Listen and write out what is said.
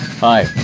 Hi